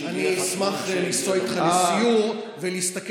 אני אשמח לנסוע איתך לסיור ולהסתכל